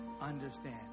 understand